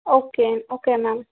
okay okay ma'am